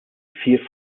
vier